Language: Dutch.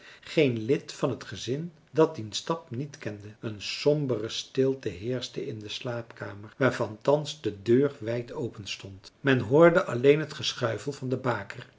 geen lid van het gezin dat dien stap niet kende een sombere stilte heerschte in de slaapkamer waarvan thans de deur wijd openstond men hoorde alleen het geschuifel van de baker